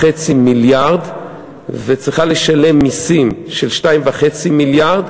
מיליארד וצריכה לשלם מסים של 2.5 מיליארד,